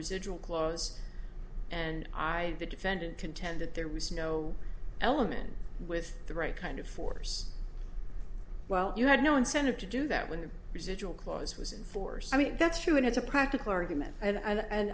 residual clause and i the defendant contended there was no element with the right kind of force well you had no incentive to do that when the residual clause was in force i mean that's true and it's a practical argument and i